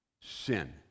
sin